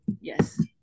Yes